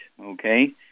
okay